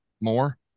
more